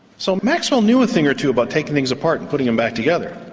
so maxwell knew a thing or two about taking things apart and putting them back together.